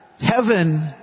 heaven